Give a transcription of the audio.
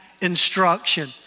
instruction